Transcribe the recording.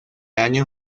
año